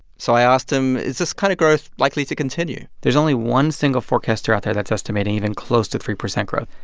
so i asked him, is this kind of growth likely to continue? there's only one single forecaster out there that's estimating even close to three percent growth.